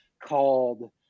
called